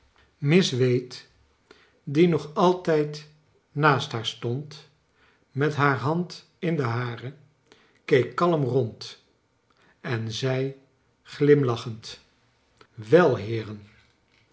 miss wade die nog altijd naast haar storid met haar hand in de hare keek kalm rond en zei glimlachend wel heeren